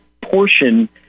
portion